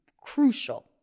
crucial